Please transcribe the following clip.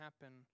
happen